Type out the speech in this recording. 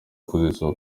gushishoza